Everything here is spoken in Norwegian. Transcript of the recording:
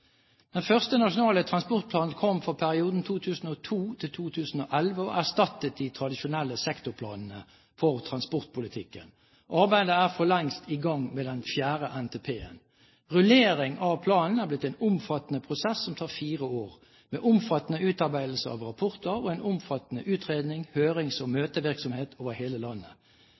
Den første Nasjonal transportplan kom for perioden 2002–2011 og erstattet de tradisjonelle sektorplanene for transportpolitikken. Arbeidet med den fjerde NTP-en er for lengst i gang. Rullering av planen er blitt en omfattende prosess som tar fire år, med omfattende utarbeidelse av rapporter og en omfattende utredning, hørings- og møtevirksomhet over hele landet.